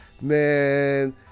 man